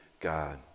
God